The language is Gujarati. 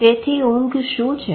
તેથી ઊંઘ શું છે